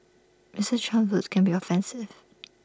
Mister Trump's words can be offensive